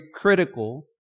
critical